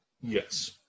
Yes